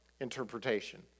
interpretation